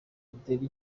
dutere